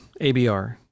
ABR